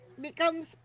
becomes